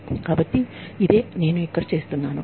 కాబట్టి ఇదే నేను ఇక్కడ చేస్తున్నాను